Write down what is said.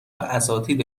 اساتید